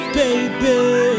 baby